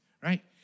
right